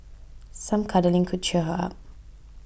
some cuddling could cheer her up